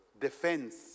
defense